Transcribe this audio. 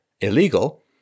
illegal